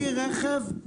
בלי רכב?